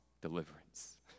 deliverance